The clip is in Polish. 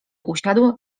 usiadł